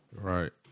Right